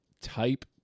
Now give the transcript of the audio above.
type